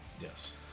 Yes